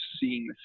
seeing